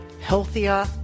healthier